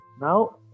now